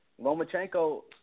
Lomachenko